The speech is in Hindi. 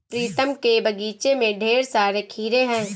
प्रीतम के बगीचे में ढेर सारे खीरे हैं